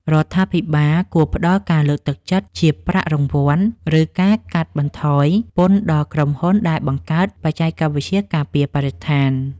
រដ្ឋាភិបាលគួរផ្តល់ការលើកទឹកចិត្តជាប្រាក់រង្វាន់ ឬការកាត់បន្ថយពន្ធដល់ក្រុមហ៊ុនដែលបង្កើតបច្ចេកវិទ្យាការពារបរិស្ថាន។